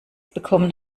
bekommen